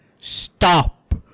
Stop